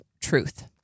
truth